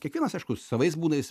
kiekvienas aišku savais būdais